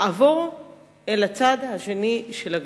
לעבור אל הצד השני של הגדר.